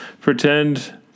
pretend